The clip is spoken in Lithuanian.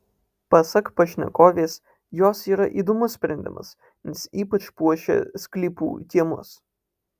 pasak pašnekovės jos yra įdomus sprendimas nes ypač puošia sklypų kiemus